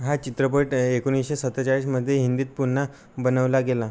हा चित्रपट एकोणीसशे सत्तेचाळीसमध्ये हिंदीत पुन्हा बनवला गेला